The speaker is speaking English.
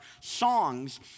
songs